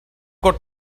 got